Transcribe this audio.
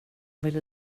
ville